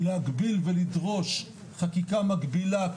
להגביל ולדרוש חקיקה מגבילה,